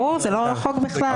ברור, זה לא רחוק בכלל.